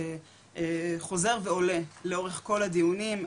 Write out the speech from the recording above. חוזר ועולה לאורך כל הדיונים,